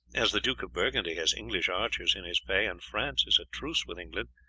as the duke of burgundy has english archers in his pay, and france is at truce with england,